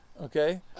Okay